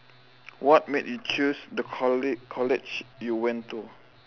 what make you choose the college college you went to